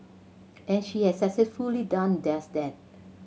and she has successfully done just that